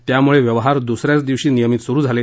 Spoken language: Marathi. त्यामुळे व्यवहार दुसऱ्याच दिवशी नियमित सुरू झाले